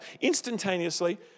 instantaneously